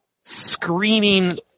Screaming